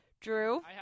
Drew